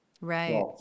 right